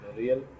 real